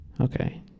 Okay